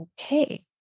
okay